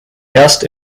erst